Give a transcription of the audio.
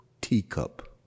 teacup